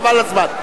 חבל על הזמן.